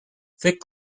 thick